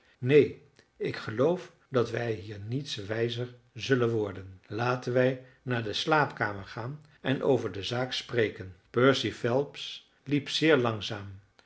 neen ik geloof dat wij hier niets wijzer zullen worden laten wij naar de slaapkamer gaan en over de zaak spreken percy phelps liep zeer langzaam